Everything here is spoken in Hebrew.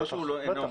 לא שהוא לא מעוניין.